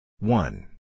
One